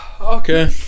okay